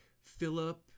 Philip